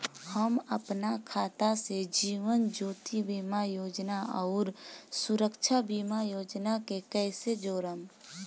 हम अपना खाता से जीवन ज्योति बीमा योजना आउर सुरक्षा बीमा योजना के कैसे जोड़म?